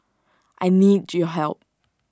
I need your help